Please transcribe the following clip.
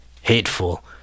hateful